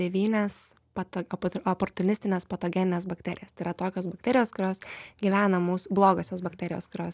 devynias pato oportunistines patogenines bakterijas tai yra tokios bakterijos kurios gyvena mūsų blogosios bakterijos kurios